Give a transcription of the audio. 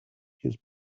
his